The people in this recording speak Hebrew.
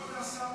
מה כבוד השר,